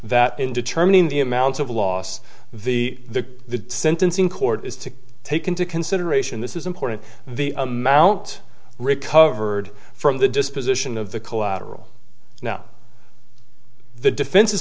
that in determining the amount of loss the the sentencing court is to take into consideration this is important the amount recovered from the disposition of the collateral now the defense